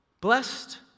Blessed